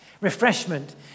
refreshment